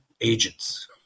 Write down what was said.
agents